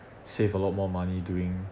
save a lot more money doing